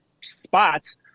spots